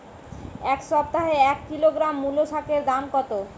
এ সপ্তাহে এক কিলোগ্রাম মুলো শাকের দাম কত?